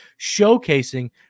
showcasing